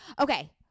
Okay